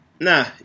Nah